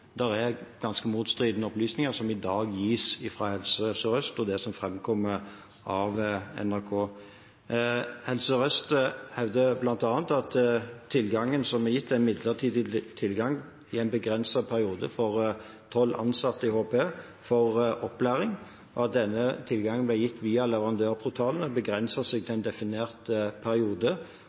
er ganske motstridende opplysninger som i dag gis fra Helse Sør-Øst, og det som framkommer i NRK. Helse Sør-Øst hevder bl.a. at tilgangen som er gitt, er en midlertidig tilgang i en begrenset periode for tolv ansatte i HPE for opplæring, at denne tilgangen ble gitt via leverandørportalen og begrenser seg til en definert periode,